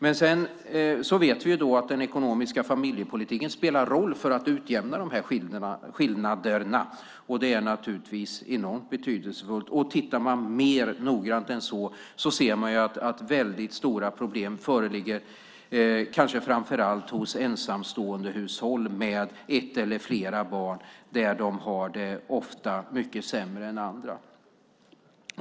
Vi vet att den ekonomiska familjepolitiken spelar roll för att utjämna dessa skillnader, och det är naturligtvis enormt betydelsefullt. Tittar man mer noggrant än så ser man att stora problem föreligger kanske framför allt hos ensamståendehushåll med ett eller flera barn. De har det ofta mycket sämre än andra.